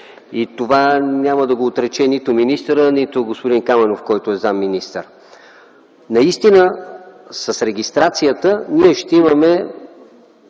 И това няма да го отрече нито министърът, нито господин Каменов, който е заместник-министър. С регистрацията ние ще имаме,